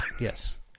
Yes